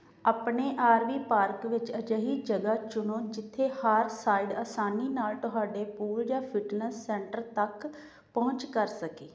ਆਪਣੇ R V park ਵਿੱਚ ਅਜਿਹੀ ਜਗ੍ਹਾ ਚੁਣੋ ਜਿੱਥੇ ਹਰ ਸਾਈਡ ਅਸਾਨੀ ਨਾਲ ਤੁਹਾਡੇ ਪੂਲ ਜਾਂ ਫਿਟਨੈੱਸ ਸੈਂਟਰ ਤੱਕ ਪਹੁੰਚ ਕਰ ਸਕੇ